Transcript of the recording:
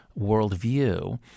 worldview